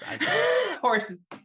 horses